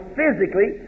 physically